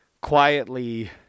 quietly